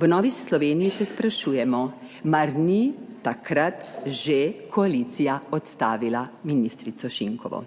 V Novi Sloveniji se sprašujemo, mar ni takrat že koalicija odstavila ministrico Šinkovo.